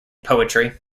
poetry